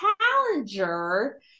challenger